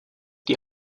die